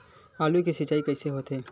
आलू के सिंचाई कइसे होथे?